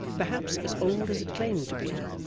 perhaps as old as it claimed to be,